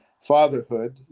fatherhood